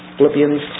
Philippians